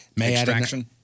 Extraction